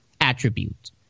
attribute